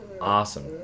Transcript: awesome